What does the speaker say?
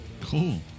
Cool